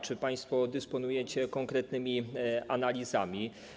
Czy państwo dysponujecie konkretnymi analizami?